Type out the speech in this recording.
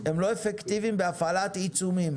הם לא אפקטיביים בהפעלת עיצומים,